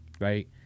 right